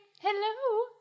Hello